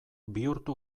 bihurtu